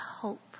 hope